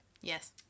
Yes